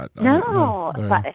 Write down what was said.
No